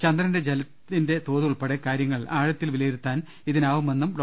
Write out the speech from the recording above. ചന്ദ്രന്റെ ജലത്തിന്റെ തോത് ഉൾപ്പെടെ കാര്യങ്ങൾ ആഴത്തിൽ വിലയി രുത്താൻ ഇതിനാവുമെന്നും ഡോ